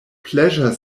pleasure